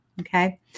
Okay